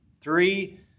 three